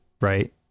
right